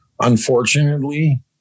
Unfortunately